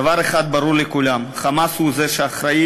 דבר אחד ברור לכולם: "חמאס" הוא זה שאחראי